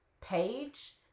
page